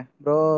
bro